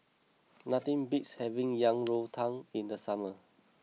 nothing beats having Yang Rou Tang in the Summer